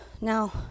Now